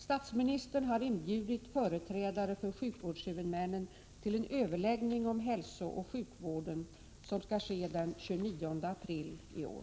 Statsministern har inbjudit företrädare för sjukvårdshuvudmännen till en överläggning om hälsooch sjukvården, som skall ske den 29 april i år.